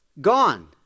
Gone